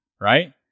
right